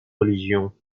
religions